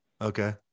Okay